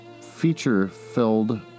feature-filled